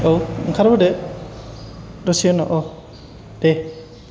औ ओंखारबोदो दसे उनाव औ दे